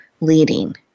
leading